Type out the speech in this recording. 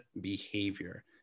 behavior